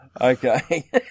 Okay